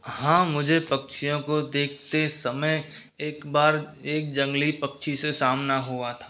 हाँ मुझे पक्षियों को देखते समय एक बार एक जंगली पक्षी से सामना हुआ था